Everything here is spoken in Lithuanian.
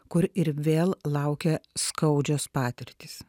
kur ir vėl laukia skaudžios patirtys